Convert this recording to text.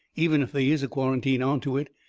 even if they is a quarantine onto it,